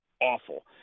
awful